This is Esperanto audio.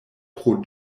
pro